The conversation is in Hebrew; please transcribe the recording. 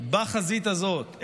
בחזית הזאת,